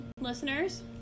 listeners